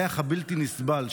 הריח היה בלתי נסבל.